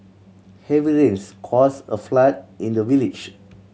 heavy rains cause a flood in the village